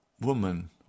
woman